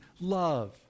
love